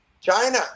china